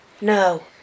No